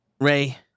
Ray